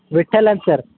ವಿಟ್ಟಲ್ ಅಂತ ಸರ್